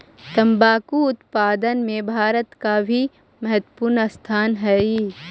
तंबाकू उत्पादन में भारत का भी महत्वपूर्ण स्थान हई